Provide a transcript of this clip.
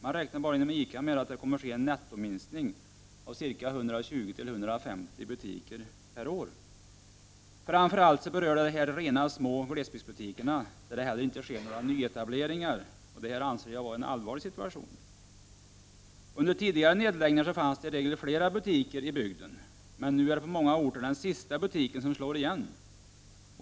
Bara inom ICA räknar man med att det kommer att ske en nettominskning på 120-150 butiker per år. Det berör framför allt de små glesbygdsbutikerna i områden där det inte heller sker några nyetableringar. Jag anser att detta är en allvarlig situation. Vid tiden för tidigare nedläggningar fanns det i regel flera butiker i bygden. På många orter är det nu den sista butiken som slår igen.